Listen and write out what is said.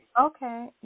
okay